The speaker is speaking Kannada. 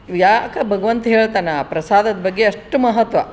ಯಾಕೆ ಭಗವಂತ ಹೇಳ್ತಾನ ಆ ಪ್ರಸಾದದ ಬಗ್ಗೆ ಅಷ್ಟು ಮಹತ್ವ